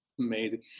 amazing